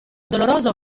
doloroso